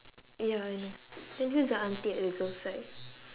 ya I know then who's the auntie at the girls' side